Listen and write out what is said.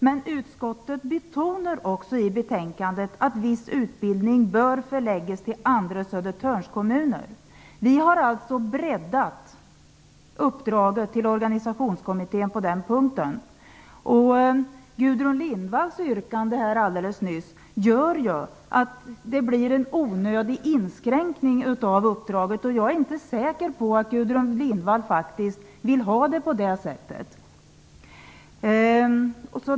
Men utskottet betonar också i betänkandet att viss utbildning bör förläggas till andra Södertörnskommuner. Vi har alltså breddat uppdraget till organisationskommittén på den punkten. Gudrun Lindvalls yrkande här alldeles nyss gör att det blir en onödig inskränkning av uppdraget. Jag är inte säker på att Gudrun Lindvall faktiskt vill ha det på det sättet.